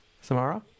Samara